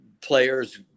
players